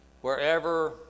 wherever